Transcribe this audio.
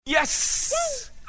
Yes